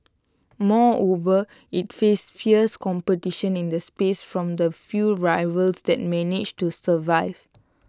moreover IT faced fierce competition in the space from the few rivals that managed to survive